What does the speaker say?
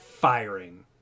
Firing